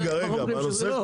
לא, בנושא של